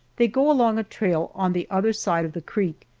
they go along a trail on the other side of the creek,